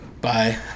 Bye